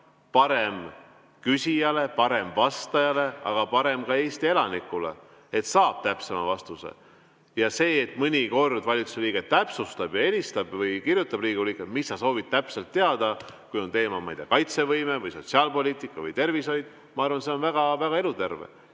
parem küsijale, parem vastajale, aga parem ka Eesti elanikule, et saada täpsem vastus. Ja see, et mõnikord valitsuse liige täpsustab ja helistab või kirjutab Riigikogu liikmele, et mida sa soovid täpselt teada, kui on teema, ma ei tea, kaitsevõime või sotsiaalpoliitika või tervishoid, ma arvan, et see on väga eluterve.